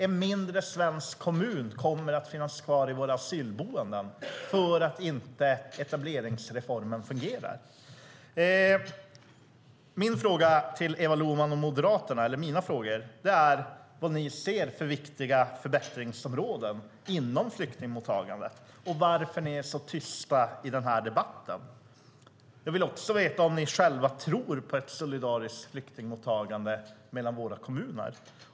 En mindre svensk kommun kommer att finnas kvar i våra asylboenden därför att etableringsreformen inte fungerar. Jag har följande frågor till Eva Lohman och Moderaterna. Vilka viktiga förbättringsområden ser ni inom flyktingmottagandet? Varför är ni så tysta i debatten? Jag vill också veta om ni själva tror på ett solidariskt flyktingmottagande mellan våra kommuner.